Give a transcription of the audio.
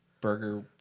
burger